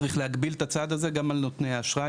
צריך להקביל את הצעד הזה גם על נותני האשראי,